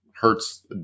hurts